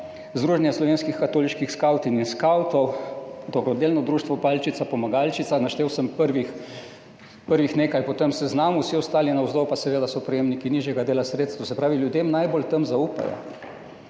Združenje slovenskih katoliških skavtinj in skavtov, Dobrodelno društvo Palčica Pomagalčica. Naštel sem prvih nekaj na tem seznamu, vsi ostali navzdol pa seveda so prejemniki nižjega dela sredstev, se pravi, ljudje tem najbolj zaupajo.